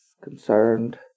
concerned